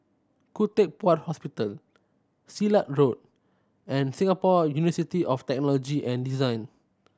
Khoo Teck Puat Hospital Silat Road and Singapore University of Technology and Design